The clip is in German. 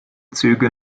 züge